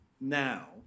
now